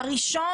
אחד,